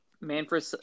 Manfred